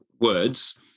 words